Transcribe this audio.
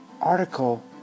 article